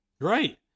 right